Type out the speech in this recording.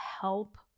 help